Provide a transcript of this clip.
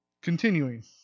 Continuing